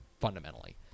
fundamentally